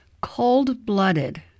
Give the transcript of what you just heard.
Cold-blooded